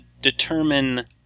determine